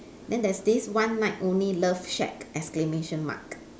then there's this one night only love shack exclamation mark